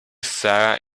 sara